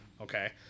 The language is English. okay